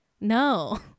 no